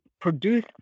produce